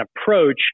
approach